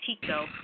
Tico